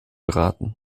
geraten